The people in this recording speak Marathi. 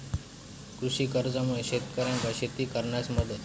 कृषी कर्जामुळा शेतकऱ्यांका शेती करण्यास मदत